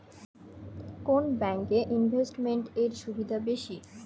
কোন ব্যাংক এ ইনভেস্টমেন্ট এর সুবিধা বেশি?